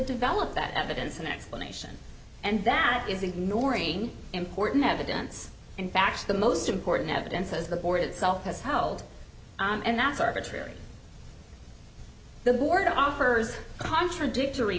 develop that evidence and explanation and that is ignoring important evidence and facts the most important evidences the board itself has held and that's arbitrary the board offers contradictory